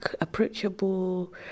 approachable